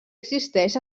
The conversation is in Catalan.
existeix